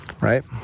right